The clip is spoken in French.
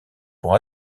pour